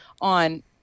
on